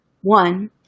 One